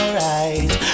right